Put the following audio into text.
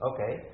Okay